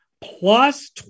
plus